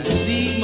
see